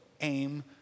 aim